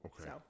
Okay